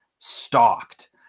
stalked